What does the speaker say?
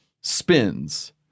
spins